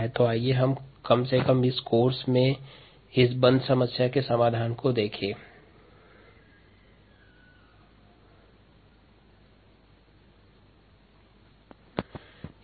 अतः इस पाठ्यक्रम के लिए क्लोज एंडेड समस्याओं के समाधान को देखते है